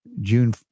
June